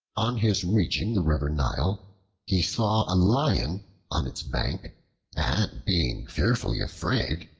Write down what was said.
on his reaching the river nile he saw a lion on its bank and being fearfully afraid,